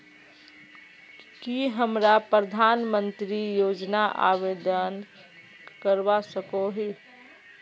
की हमरा प्रधानमंत्री योजना आवेदन करवा सकोही?